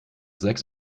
sechs